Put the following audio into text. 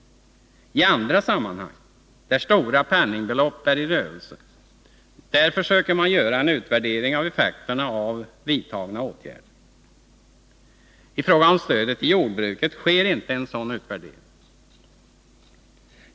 I andra sammanhang där stora penningbelopp är i rörelse försöker man göra en utvärdering av effekterna av vidtagna åtgärder. I fråga om stödet till jordbruket gör man inte någon sådan utvärdering.